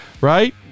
right